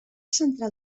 central